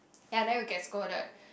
ya then we get scolded